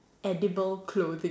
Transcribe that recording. edible clothing